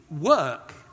work